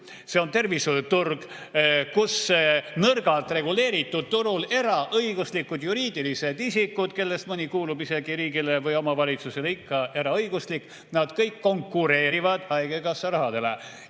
see on tervishoiuturg, kus nõrgalt reguleeritud turul eraõiguslikud juriidilised isikud, kellest mõni kuulub isegi riigile, või omavalitsus, ikka eraõiguslik, nad kõik konkureerivad haigekassa rahale.